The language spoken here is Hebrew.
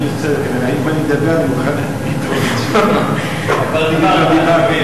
אני מוכן להוסיף לחבר הכנסת טיבי.